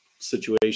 Situation